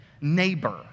neighbor